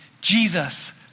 Jesus